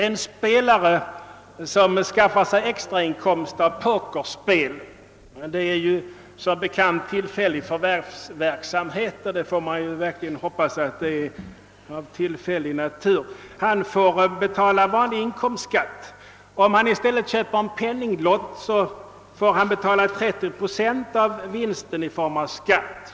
En sspelare som skaffar sig extrainkomst av pokerspel — det betraktas som bekar — såsom »tillfällig förvärvsverksamhet» och man får verkligen hoppas att den är av tillfällig natur — får betala vanlig inkomstskatt. Om han i stället köper en lott i penninglotteriet och vinner, får han betala 30 procent av vinsten i form av skatt.